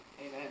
Amen